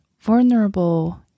vulnerable